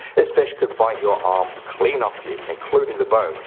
this fish could bite your arm clean off you including the bone.